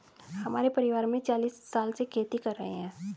हमारे परिवार में चालीस साल से खेती कर रहे हैं